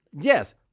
Yes